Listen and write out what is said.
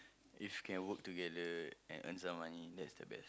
if you can work together and earn some money that is the best